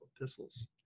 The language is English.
epistles